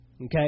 Okay